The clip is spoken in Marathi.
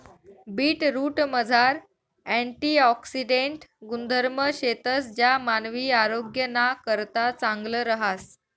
बीटरूटमझार अँटिऑक्सिडेंट गुणधर्म शेतंस ज्या मानवी आरोग्यनाकरता चांगलं रहास